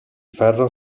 ferro